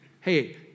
Hey